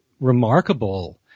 remarkable